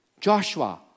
Joshua